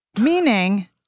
Meaning